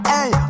Hey